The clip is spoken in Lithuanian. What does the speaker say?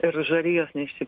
ir žarijos neišsi